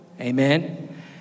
amen